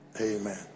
Amen